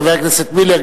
חבר הכנסת מילר,